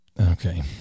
Okay